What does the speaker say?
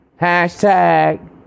Hashtag